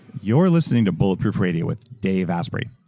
you're listening to bulletproof radio with dave asprey.